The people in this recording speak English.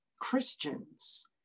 Christians